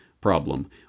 problem